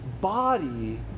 body